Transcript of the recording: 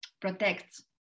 protects